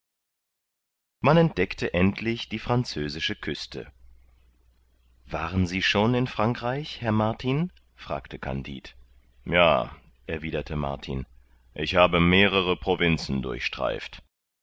man entdeckte endlich die französische küste waren sie schon in frankreich herr martin fragte kandid ja erwiderte martin ich habe mehrere provinzen durchstreift